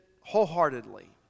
wholeheartedly